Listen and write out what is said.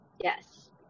yes